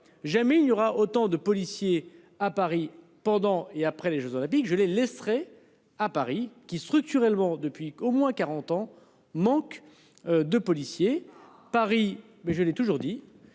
Jamais il n'y aura autant de policiers à Paris, pendant et après les Jeux olympiques, je les laisserai à Paris qui structurellement depuis au moins 40 ans manque. De policiers Paris mais je l'ai toujours dit,